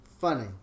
Funny